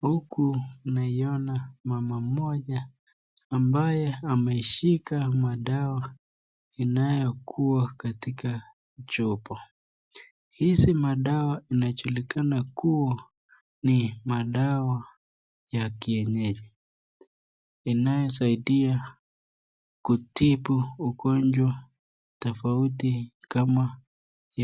Huku tunaona mama ambaye ameshika madawa yaliyo katika chupa. Hizi madawa zinajulikana kuwa ni madawa ya kienyeji inayosaidia kutibu wa ugonjwa tofauti kama